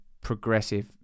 progressive